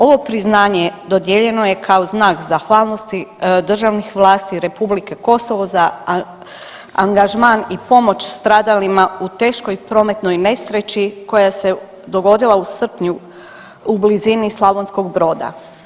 Ovo priznanje dodijeljeno je kao znak zahvalnosti državnih vlasti Republike Kosovo za angažman i pomoć stradalima i teškoj prometnoj nesreći koja se dogodila u srpnju u blizini Slavonskog Broda.